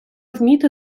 вміти